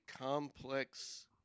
complex